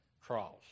cross